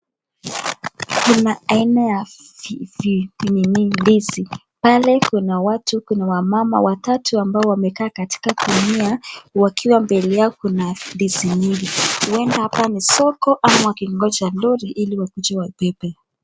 Kuna aina ya ndizi pale kuna wamama watatu ambao wamekaa katika gunia wakiwa mbele yao kuna ndizi nyingi huenda hapa ni soko ama wakingonja lori ili wakuje wabebe.